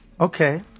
okay